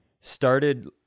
started